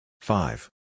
Five